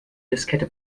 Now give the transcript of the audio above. diskette